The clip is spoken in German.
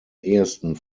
ehesten